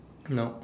no